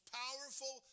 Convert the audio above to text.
powerful